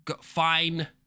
fine